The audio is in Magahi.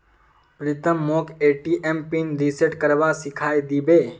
प्रीतम मोक ए.टी.एम पिन रिसेट करवा सिखइ दी बे